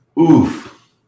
Oof